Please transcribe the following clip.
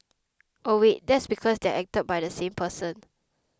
oh wait that's because they're acted by the same person